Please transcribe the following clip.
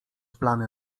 plany